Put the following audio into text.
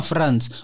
France